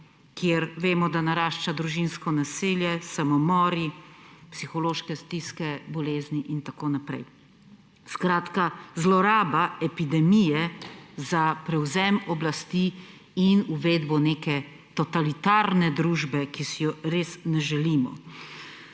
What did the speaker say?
kjer vemo, da narašča družinsko nasilje, samomori, psihološke stiske, bolezni in tako naprej. Skratka, zloraba epidemije za prevzem oblasti in uvedbo neke totalitarne družbe, ki si je res ne želimo.